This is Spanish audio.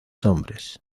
hombres